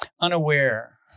unaware